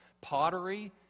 pottery